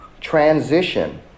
transition